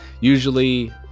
usually